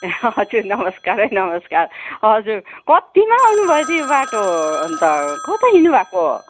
हजुर नमस्कार है नमस्कार हजुर कतिमा आउनु भयो त यो बाटो अन्त कता हिँड्नु भएको